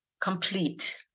complete